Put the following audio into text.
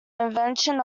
invention